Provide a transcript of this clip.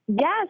Yes